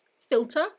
filter